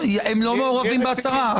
הם לא מעורבים בהצהרה,